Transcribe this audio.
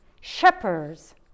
shepherds